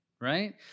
right